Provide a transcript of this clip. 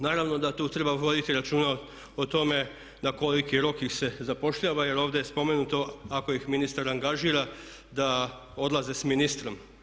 Naravno da tu treba voditi računa o tome na koliki rok ih se zapošljava jer ovdje je spomenuto ako ih ministar angažira da odlaze s ministrom.